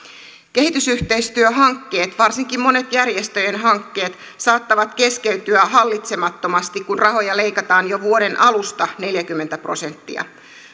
kehitysyhteistyöhankkeet varsinkin monet järjestöjen hankkeet saattavat keskeytyä hallitsemattomasti kun rahoja leikataan jo vuoden alusta neljäkymmentä prosenttia